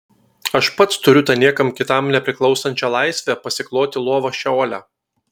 aš pats turiu tą niekam kitam nepriklausančią laisvę pasikloti lovą šeole